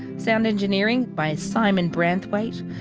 sound engineering by simon branthwaite.